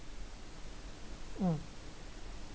mm